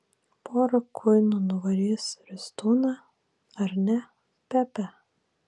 pora kuinų nuvarys ristūną ar ne pepe